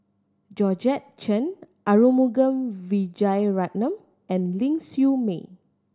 Georgette Chen Arumugam Vijiaratnam and Ling Siew May